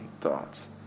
thoughts